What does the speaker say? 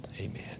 Amen